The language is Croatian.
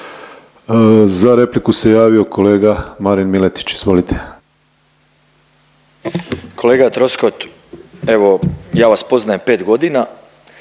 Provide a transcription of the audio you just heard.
Za repliku se javio kolega Marin Miletić, izvolite. **Miletić, Marin (MOST)** Kolega Troskot, evo ja vas poznajem pet godina